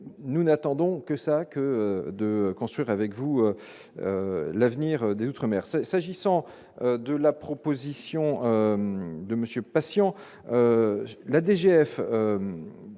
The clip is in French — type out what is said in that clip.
nous n'attendons que ça que de construire avec vous l'avenir des Outre-mer cesse agissant de la proposition de monsieur patients.